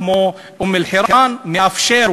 כמו אום-אלחיראן הוא מאפשר,